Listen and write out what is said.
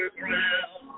ground